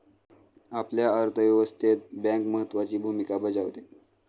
आपल्या अर्थव्यवस्थेत बँक महत्त्वाची भूमिका बजावते